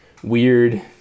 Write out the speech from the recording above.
weird